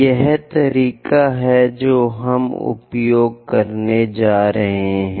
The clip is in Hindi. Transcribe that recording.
यह तरीका है जो हम उपयोग करने जा रहे हैं